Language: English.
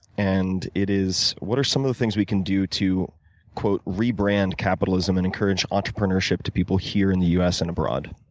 and it is what are some of the things we can do to quote rebrand capitalism and encourage entrepreneurship to people here in the u s. and abroad?